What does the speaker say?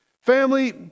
Family